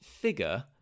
figure